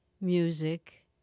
music